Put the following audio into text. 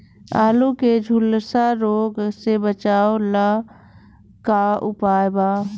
आलू के झुलसा रोग से बचाव ला का उपाय बा?